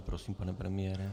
Prosím, pane premiére.